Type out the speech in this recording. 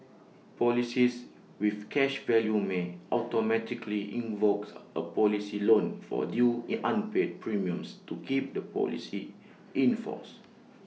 policies with cash value may automatically invokes A policy loan for due in unpaid premiums to keep the policy in force